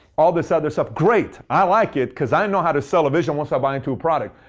all this other stuff. great. i like it, because i know how to sell a vision once i buy into a product.